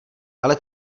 ale